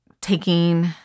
taking